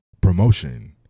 promotion